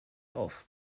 auf